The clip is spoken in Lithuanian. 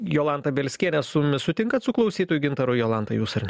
jolantą bielskienę su mumis sutinkat su klausytoju gintaru jolanta jūs ar ne